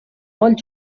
molt